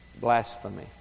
Blasphemy